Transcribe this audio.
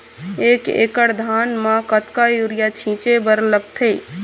एक एकड़ धान म कतका यूरिया छींचे बर लगथे?